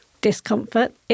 discomfort